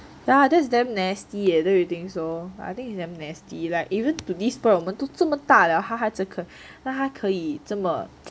yeah that's damn nasty eh don't you think so I think it's damn nasty like even to this point 我们都这么大了她那还可以这么